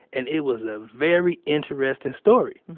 and it was a very interesting story,